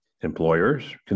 Employers